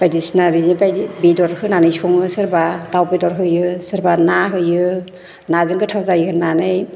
बायदिसिना बिनि बायदि बेदर होनानै सङो सोरबा दाव बेदर होयो सोरबा ना होयो नाजों गोथाव जायो होननानै